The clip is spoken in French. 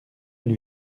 une